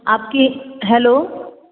आपके हैलो